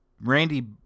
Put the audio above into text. Randy